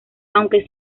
aunque